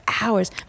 hours